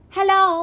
Hello